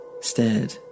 stared